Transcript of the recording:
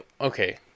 Okay